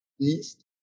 East